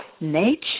nature